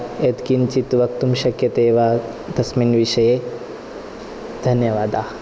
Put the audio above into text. यत्किञ्चित् वक्तुं शक्यते वा तस्मिन् विषये धन्यवादाः